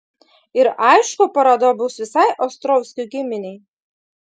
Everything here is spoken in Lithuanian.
ir aišku paroda bus visai ostrovskių giminei